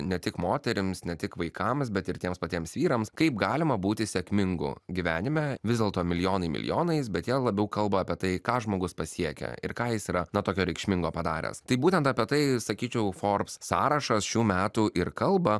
ne tik moterims ne tik vaikams bet ir tiems patiems vyrams kaip galima būti sėkmingu gyvenime vis dėlto milijonai milijonais bet jie labiau kalba apie tai ką žmogus pasiekia ir ką jis yra na tokio reikšmingo padaręs tai būtent apie tai sakyčiau forbs sąrašas šių metų ir kalba